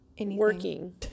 working